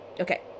Okay